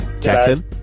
Jackson